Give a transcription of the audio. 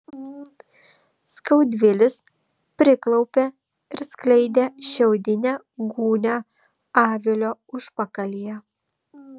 skaudvilis priklaupė ir skleidė šiaudinę gūnią avilio užpakalyje